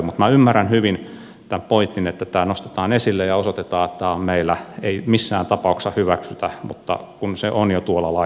mutta minä ymmärrän hyvin tämän pointin että tämä nostetaan esille ja osoitetaan että tätä ei meillä missään tapauksessa hyväksytä mutta kun se on jo tuolla laissa mainittu